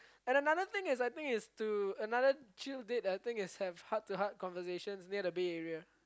and another thing is I think is to another chill date I think is have heart to heart conversations near the bed area